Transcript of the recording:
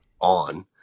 on